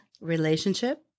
Relationship